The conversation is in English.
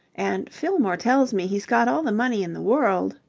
and fillmore tells me he's got all the money in the world.